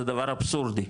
זה דבר אבסורדי,